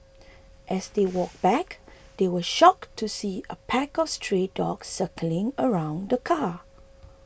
as they walked back they were shocked to see a pack of stray dogs circling around the car